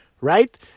right